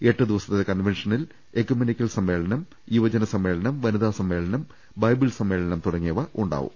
എട്ടു ദിവസത്തെ കൺവെൻഷനിൽ എക്യുമെനിക്കൽ സമ്മേളനം യുവജന സമ്മേളനം വനിതാ സമ്മേളനം ബൈബിൾ സമ്മേളനം തുട ങ്ങിയ ഉണ്ടായിരിക്കും